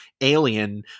alien